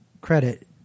credit